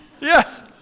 Yes